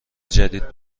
جدید